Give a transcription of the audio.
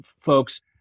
folks